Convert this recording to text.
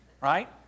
right